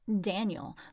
Daniel